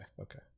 Okay